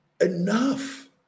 Enough